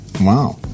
Wow